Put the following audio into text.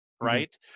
Right